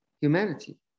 humanity